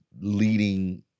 leading